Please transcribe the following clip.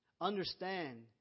understand